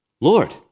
Lord